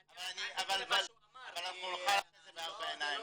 אבל אנחנו נוכל אחרי זה בארבע עיניים.